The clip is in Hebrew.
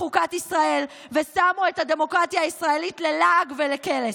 חוקת ישראל ושמו את הדמוקרטיה הישראלית ללעג ולקלס.